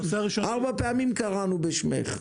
ארבע פעמים קראנו בשמך.